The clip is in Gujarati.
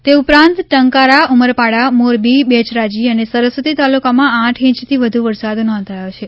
તે ઉપરાંત ટંકારા ઉમરપાડા મોરબી બેચરાજી અને સરસ્વતી તાલુકામાં આઠ ઈંચથી વધુ વરસાદ નોંધાયો છે